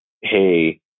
hey